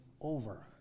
over